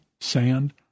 sand